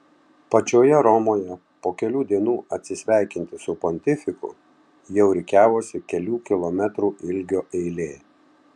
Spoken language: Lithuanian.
pačioje romoje po kelių dienų atsisveikinti su pontifiku jau rikiavosi kelių kilometrų ilgio eilė